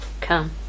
come